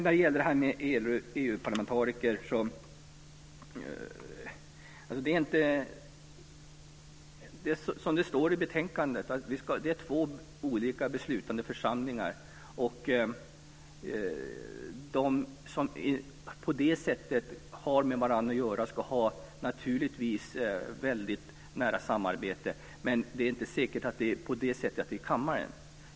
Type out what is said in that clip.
Vad gäller det här med EU-parlamentariker är det, som det står i betänkandet, två olika beslutande församlingar. De som på det sättet har med varandra att göra ska naturligtvis ha väldigt nära samarbete, men det är inte säkert att det ska vara på det sättet, i kammaren.